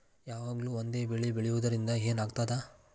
ಯಾವಾಗ್ಲೂ ಒಂದೇ ಬೆಳಿ ಬೆಳೆಯುವುದರಿಂದ ಏನ್ ಆಗ್ತದ?